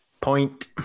Point